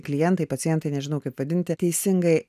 klientai pacientai nežinau kaip vadinti teisingai